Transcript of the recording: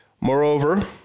Moreover